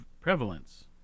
prevalence